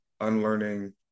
Unlearning